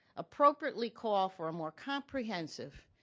appropriately call for a more comprehensive,